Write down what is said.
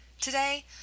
Today